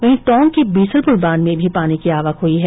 वहीं टोंक के बीसलपुर बांध में भी पानी की आवक हुई है